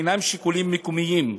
אינם שיקולים מקומיים,